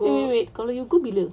wait wait wait kalau you go bila